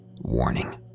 Warning